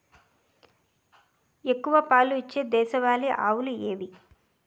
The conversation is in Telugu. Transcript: ఎక్కువ పాలు ఇచ్చే దేశవాళీ ఆవులు ఏవి?